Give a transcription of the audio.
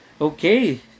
Okay